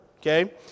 okay